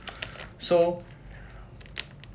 so